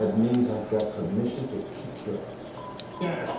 ah means i've got permission to kick your yeah ass